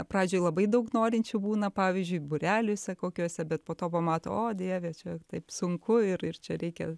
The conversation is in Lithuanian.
pradžioj labai daug norinčių būna pavyzdžiui būreliuose kokiuose bet po to pamato o dieve čia taip sunku ir ir čia reikia